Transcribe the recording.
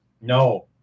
No